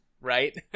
Right